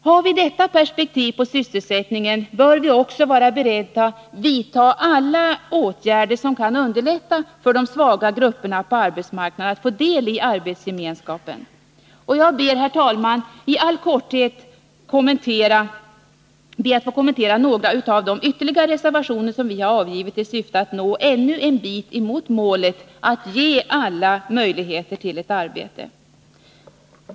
Har vi detta perspektiv på sysselsättningen, bör vi också vara beredda att vidta alla åtgärder som kan underlätta för de svaga grupperna på arbetsmarknaden att få del i arbetsgemenskapen. Jag ber, herr talman, i all korthet att få kommentera några av de ytterligare reservationer som vi har avgivit i syfte att nå ännu en bit mot målet att ge alla möjligheter till ett arbete.